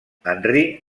henry